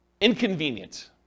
inconvenient